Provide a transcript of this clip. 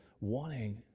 wanting